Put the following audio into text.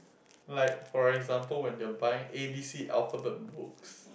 like for example when you are buying A_B_C alphabet books